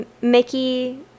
mickey